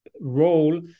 role